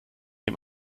dem